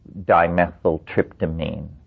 dimethyltryptamine